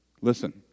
Listen